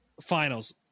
Finals